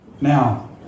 Now